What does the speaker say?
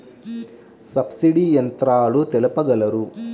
Subsidy యంత్రాలు తెలుపగలరు?